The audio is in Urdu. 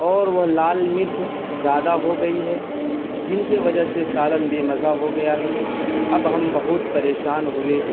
اور وہ لال مرچ زیادہ ہو گئی ہے جن کے وجہ سے سالن بے مزہ ہو گیا ہے اب ہم بہت پریشان ہوئے